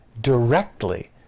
directly